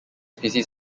species